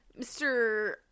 Mr